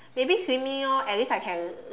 maybe swimming lor at least I can